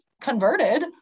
converted